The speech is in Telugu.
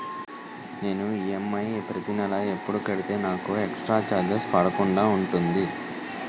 నేను ఈ.ఎం.ఐ ప్రతి నెల ఎపుడు కడితే నాకు ఎక్స్ స్త్ర చార్జెస్ పడకుండా ఉంటుంది?